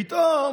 פתאום